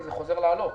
כי זה חוזר לעלות.